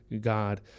God